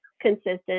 consistent